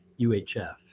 UHF